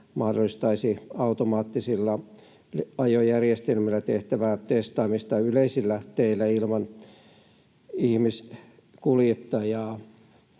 mahdollistaisi automaattisilla ajojärjestelmillä tehtävää testaamista yleisillä teillä ilman ihmiskuljettajaa.